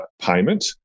payment